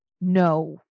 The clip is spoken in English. no